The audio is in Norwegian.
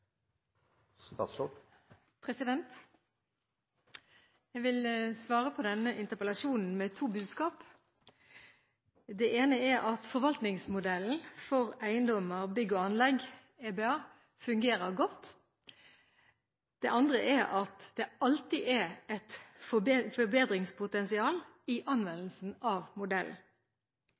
forsvar. Jeg vil svare på denne interpellasjonen med to budskap. Det ene er at forvaltningsmodellen for eiendommer, bygg og anlegg, EBA, fungerer godt. Det andre er at det alltid er et forbedringspotensial i anvendelsen av modellen.